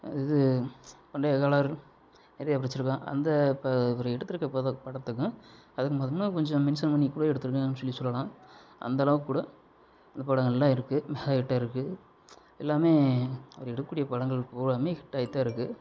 இது பண்டைய கால நிறையா படித்து இருக்கேன் அந்த இப்போ அவரு எடுத்து இருக்க படத்துக்கும் அதுக்கும் பாத்தோம்னா கொஞ்சம் மென்ஷன் பண்ணி கூட எடுத்து இருக்காங்கனு கூட சொல்லி சொல்லலாம் அந்த அளவுக்கு கூட அந்த படம் நல்லா இருக்கு மெகா ஹிட்டாக இருக்கு எல்லாம் அவர் எடுக்க கூட படங்கள் பூராவும் ஹிட்டாய்த்தான் இருக்கு